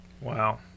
Wow